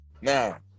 Now